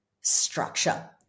structure